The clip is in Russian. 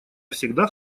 всегда